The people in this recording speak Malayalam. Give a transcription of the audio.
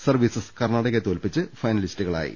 സർവ്വീസസ് കർണാടകയെ തോൽപ്പിച്ച് ഫൈനലിസ്റ്റുകളായി